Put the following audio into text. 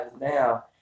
now